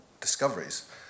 discoveries